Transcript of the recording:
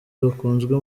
bakunzwe